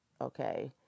okay